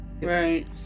Right